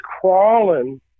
crawling